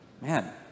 Man